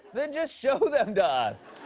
then just show them to us.